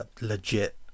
legit